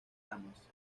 ramas